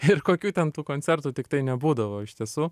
ir kokių ten tų koncertų tiktai nebūdavo iš tiesų